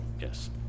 yes